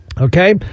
Okay